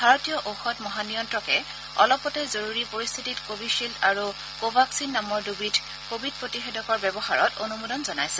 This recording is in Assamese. ভাৰতীয় ঔষধ মহানিয়ন্ত্ৰকে অলপতে জৰুৰী পৰিস্থিতিত কোৱিপ্বিল্ড আৰু কোৱাক্সিন নামৰ দুবিধ কোৱিড প্ৰতিষেধকৰ ব্যৱহাৰত অনুমোদন জনাইছে